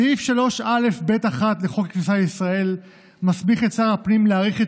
סעיף 3א(ב1) לחוק הכניסה לישראל מסמיך את שר הפנים להאריך את